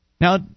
Now